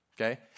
okay